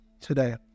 today